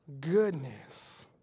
Goodness